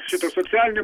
šitą socialinį